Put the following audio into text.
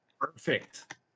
Perfect